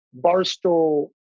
Barstool